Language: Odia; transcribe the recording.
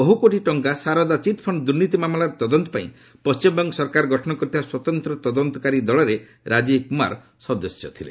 ବହ୍ର କୋଟି ଟଙ୍କା ସାରଦା ଚିଟ୍ଫଣ୍ଡ ଦୁର୍ନୀତି ମାମଲାର ତଦନ୍ତ ପାଇଁ ପଣ୍ଟିମବଙ୍ଗ ସରକାର ଗଠନ କରିଥିବା ସ୍ୱତନ୍ତ୍ର ତଦନ୍ତକାରୀ ଦଳରେ ରାଜୀବ କୁମାର ରହିଥିଲେ